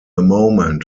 moment